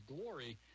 Glory